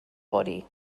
body